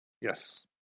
Yes